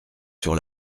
sur